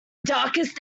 darkest